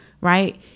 Right